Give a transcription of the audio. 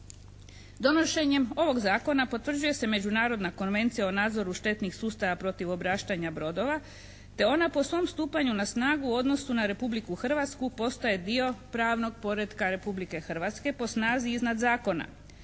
Donošenjem ovog Zakona potvrđuje se Međunarodna konvencija o nadzoru štetnih sustava protiv obraštanja brodova te ona po svom stupanju na snagu u odnosu na Republiku Hrvatsku postaje dio pravnog poretka Republike Hrvatske po snazi iznad zakona.